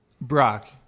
Brock